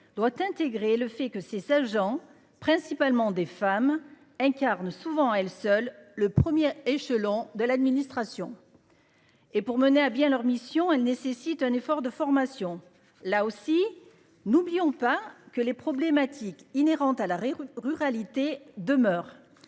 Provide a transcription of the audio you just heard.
doit intégrer le fait que ces agents principalement des femmes incarnent souvent à elle seule le 1er échelon de l'administration. Et pour mener à bien leur mission, elle nécessite un effort de formation là aussi n'oublions pas que les problématiques inhérente à l'et ruralité demeure